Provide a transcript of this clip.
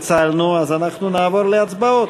אנחנו נעבור להצבעות.